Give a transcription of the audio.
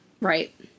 Right